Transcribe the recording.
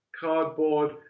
cardboard